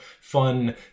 fun